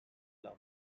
opera